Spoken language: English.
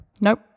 nope